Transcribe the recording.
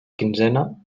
quinzena